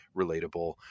relatable